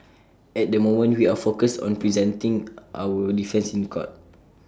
at the moment we are focused on presenting our defence in court